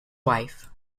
wife